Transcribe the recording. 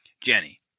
Jenny